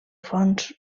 fons